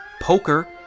Poker